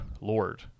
Lord